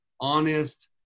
honest